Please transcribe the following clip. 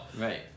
Right